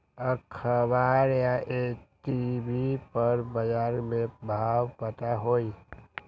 अखबार या टी.वी पर बजार के भाव पता होई?